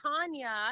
Tanya